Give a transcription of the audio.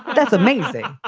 that's amazing.